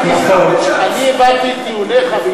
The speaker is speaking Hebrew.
אני הבנתי את טיעוניך.